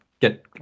get